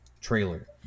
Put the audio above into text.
trailer